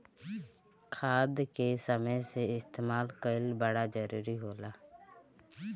खाद के समय से इस्तेमाल कइल बड़ा जरूरी होला